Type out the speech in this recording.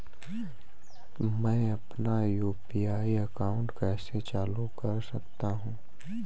मैं अपना UPI account कैसे चालू कर सकता हूँ?